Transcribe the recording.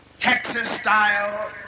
Texas-style